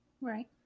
Right